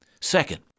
Second